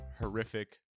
horrific